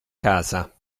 casa